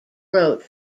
wrote